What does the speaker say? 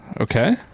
Okay